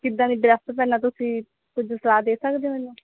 ਕਿੱਦਾਂ ਦੀ ਡਰੈੱਸ ਪਹਿਨਾ ਤੁਸੀਂ ਕੁਝ ਸਲਾਹ ਦੇ ਸਕਦੇ ਹੋ ਮੈਨੂੰ